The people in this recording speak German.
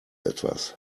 etwas